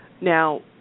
Now